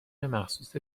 مخصوص